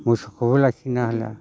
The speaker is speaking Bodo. मोसौखौबो लाखिनो हाला